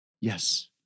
Yes